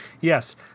Yes